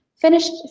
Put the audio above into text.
finished